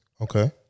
Okay